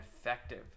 effective